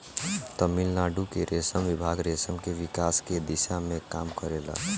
तमिलनाडु के रेशम विभाग रेशम के विकास के दिशा में काम करेला